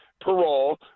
parole